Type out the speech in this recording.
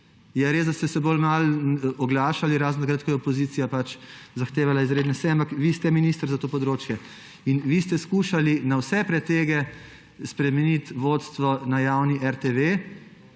da ste se bolj malo oglašali, razen takrat, ko je opozicija zahtevala izredne seje, ampak vi ste minister za to področje. In vi ste skušali na vse pretege spremeniti vodstvo na javni RTV